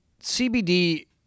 CBD